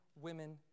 women